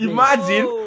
Imagine